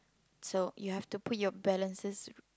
so you have to put your balances